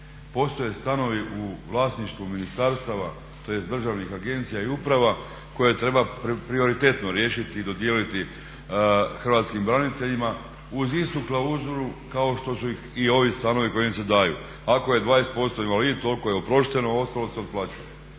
Postoje stanovi u vlasništvu ministarstava tj. državnih agencija i uprava koje treba prioritetno riješiti i dodijeliti hrvatskim braniteljima uz istu klauzulu kao što su i ovi stanovi koji im se daju. Ako je 20% invalid toliko je oprošteno, a ostalo se otplaćuje.